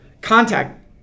contact